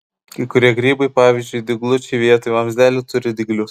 kai kurie grybai pavyzdžiui dyglučiai vietoj vamzdelių turi dyglius